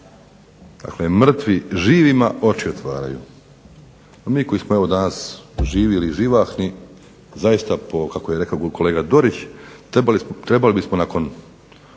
Dakle mrtvi živima oči otvaraju, a mi koji smo evo danas živjeli živahni zaista po, kako je rekao kolega Dorić, trebali smo nakon